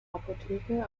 apotheke